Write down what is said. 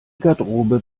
garderobe